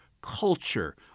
culture